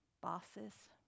Bosses